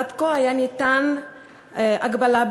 עד כה הייתה בחוק הגבלה,